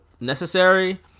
necessary